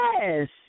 Yes